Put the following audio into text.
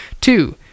Two